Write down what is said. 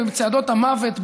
בצעדות המוות,